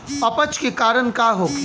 अपच के कारण का होखे?